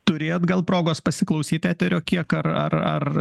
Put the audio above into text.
turėjot gal progos pasiklausyt eterio kiek ar ar ar